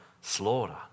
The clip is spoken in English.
slaughter